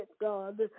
God